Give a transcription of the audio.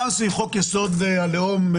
גם סביב חוק-יסוד: הלאום,